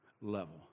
level